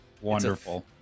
Wonderful